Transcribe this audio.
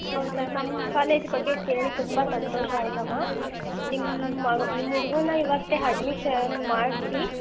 ಹೌದಾ ನಮ್ಮ ಕಾಲೇಜ್ ಬಗ್ಗೆ ಕೇಳಿ ತುಂಬ ಸಂತೋಷ ಆಯ್ತಮ್ಮಾ ನಿಮ್ಮ ನಿಮ್ಮ ಹುಡುಗನ್ನ ಇವತ್ತೇ ಅಡ್ಮಿಷನ್ ಮಾಡಿಸಿ